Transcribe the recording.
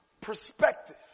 perspective